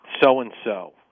so-and-so